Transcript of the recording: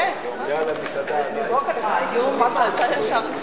אדוני היושב-ראש,